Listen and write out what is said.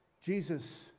Jesus